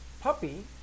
puppy